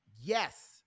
Yes